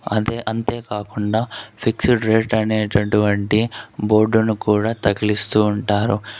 అదే అంతేకాకుండా fixed rate అనేటటువంటి బోర్డును కూడా తగిలిస్తూ ఉంటారు